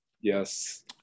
Yes